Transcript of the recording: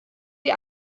sie